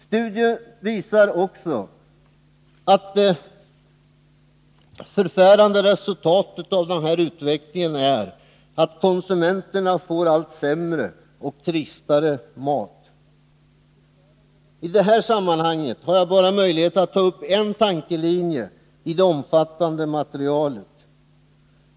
Studien visar också att det förfärande resultatet av denna utveckling är att konsumenterna får allt sämre och tristare mat. I detta sammanhang har jag bara möjlighet att ta upp en tankelinje i det omfattande materialet.